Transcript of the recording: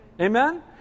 Amen